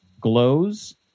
glows